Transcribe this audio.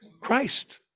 Christ